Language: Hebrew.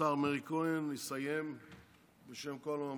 השר מאיר כהן יסיים בשם כל המברכים.